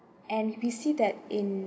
and we see that in